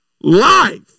Life